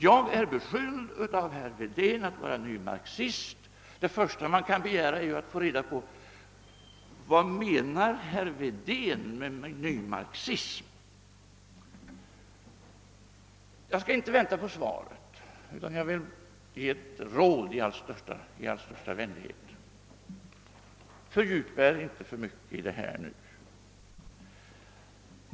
Jag har blivit beskylld av herr Wedén för att vara nymarxist. Det första man kan begära är att få reda på vad herr Wedén menar med nymarxism. Jag skall inte vänta på svaret utan vill ge ett råd i allra största vänskaplighet: Fördjupa er inte för mycket i detta!